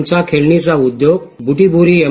आमचा खेळणीचा उदयोग बृटीबोरी एम